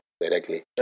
directly